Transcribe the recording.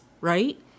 right